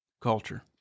culture